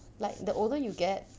like the older you get